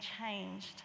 changed